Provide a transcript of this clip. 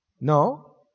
No